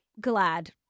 glad